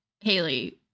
Haley